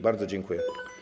Bardzo dziękuję.